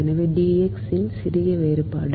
எனவே d x இன் சிறிய வேறுபாடு